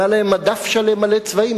והיה להם מדף שלם מלא צבעים,